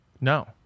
No